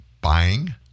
buying